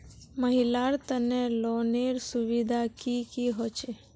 महिलार तने लोनेर सुविधा की की होचे?